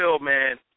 man